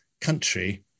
country